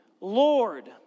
Lord